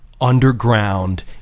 underground